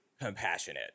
compassionate